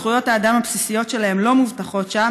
זכויות האדם הבסיסיות שלהם לא מובטחות שם,